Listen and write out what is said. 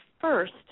first